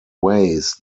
ways